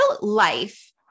life